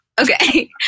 Okay